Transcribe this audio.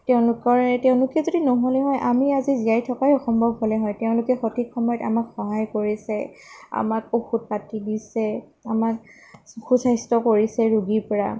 তেওঁলোকৰ তেওঁলোকে যদি নহ'লে হয় আমি আজি জীয়াই থকাই অসম্ভৱ হ'লে হয় তেওঁলোকে সঠিক সময়ত আমাক সহায় কৰিছে আমাক ঔষধ পাতি দিছে আমাক সুস্বাস্থ্য কৰিছে ৰুগীৰ পৰা